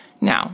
Now